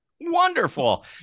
Wonderful